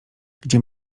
gdzie